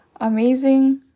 amazing